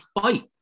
fight